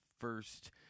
first